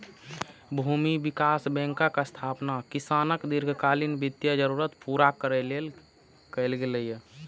भूमि विकास बैंकक स्थापना किसानक दीर्घकालीन वित्तीय जरूरत पूरा करै लेल कैल गेल रहै